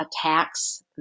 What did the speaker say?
attacks